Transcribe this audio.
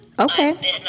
Okay